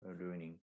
learning